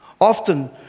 Often